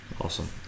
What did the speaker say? Awesome